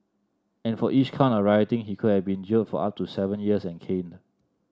and for each count of rioting he could have been jailed for up to seven years and caned